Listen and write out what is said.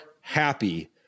happy